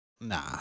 nah